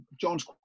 John's